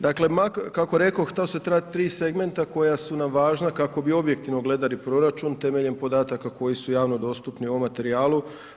Dakle, kako rekoh to su ta tri segmenta koja su nam važna kako bi objektivno gledali proračun temeljem podataka koji su javno dostupni u ovom materijalu.